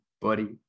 buddy